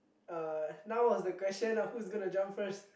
uh now was the question lah who's gonna jump first